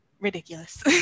ridiculous